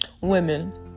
women